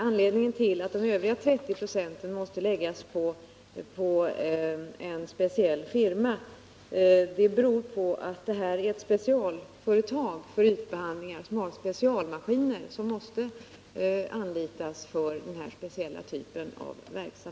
Anledningen till att övriga 30 926 måste läggas på en speciell firma är att man måste använda specialmaskiner för ytbehandlingen som detta specialföretag har.